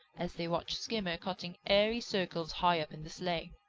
as they watched skimmer cutting airy circles high up in the slay.